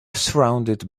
surrounded